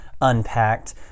Unpacked